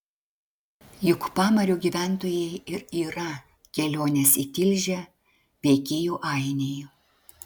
juk pamario gyventojai ir yra kelionės į tilžę veikėjų ainiai